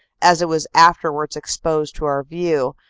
as it was afterwards ex posed to our view,